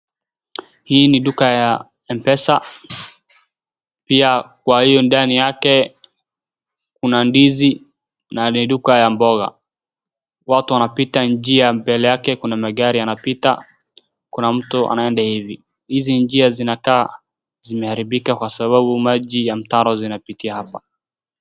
Hii ni duka ya M-PESA, pia kwa hio ndani yake kuna ndizi na ni duka ya mboga. Watu wanapita njia. Mbele yake kuna magari yanapita, kuna mtu anaeda hivi. Hizi njia zinakaa zimeharibika kwa sababu maji ya mtaro zinapitia hapa.